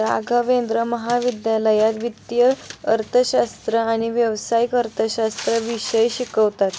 राघवेंद्र महाविद्यालयात वित्तीय अर्थशास्त्र आणि व्यावसायिक अर्थशास्त्र विषय शिकवतात